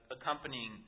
accompanying